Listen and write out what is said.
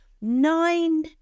Nine